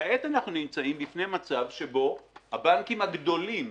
כעת אנחנו נמצאים בפני מצב שבו הבנקים הגדולים,